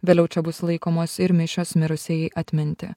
vėliau čia bus laikomos ir mišios mirusiajai atminti